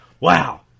Wow